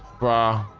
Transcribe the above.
brah,